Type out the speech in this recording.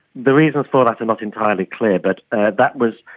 the reasons for that are not entirely clear, but that was,